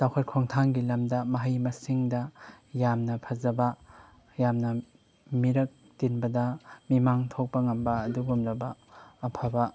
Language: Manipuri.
ꯆꯥꯎꯈꯠ ꯈꯣꯡꯊꯥꯡꯒꯤ ꯂꯝꯗ ꯃꯍꯩ ꯃꯁꯤꯡꯗ ꯌꯥꯝꯅ ꯐꯖꯕ ꯌꯥꯝꯅ ꯃꯤꯔꯛ ꯇꯤꯟꯕꯗ ꯃꯤꯃꯥꯡ ꯊꯣꯛꯄ ꯉꯝꯕ ꯑꯗꯨꯒꯨꯝꯂꯕ ꯑꯐꯕ